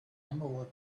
emerald